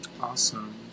Awesome